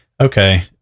Okay